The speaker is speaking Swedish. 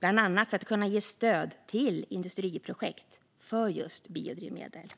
bland annat för att man ska kunna ge stöd till industriprojekt när det gäller just biodrivmedel.